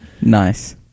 Nice